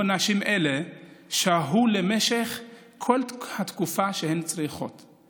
נשים אלה שהו למשך כל התקופה שהן היו צריכות.